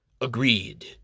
Agreed